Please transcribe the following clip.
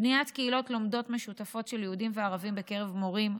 בניית קהילות לומדות משותפות של יהודים וערבים בקרב מורים,